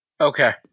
Okay